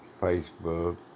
facebook